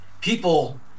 people